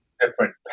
different